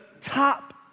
top